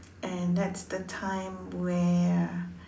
and that's the time where